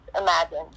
imagine